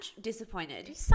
disappointed